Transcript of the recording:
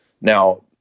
Now